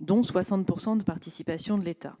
dont 60 % de participation de l'État ;